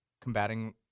combating